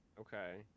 Okay